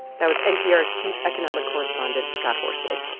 that was npr's chief economic correspondent scott horsley